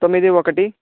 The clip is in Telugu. తొమ్మిది ఒకటి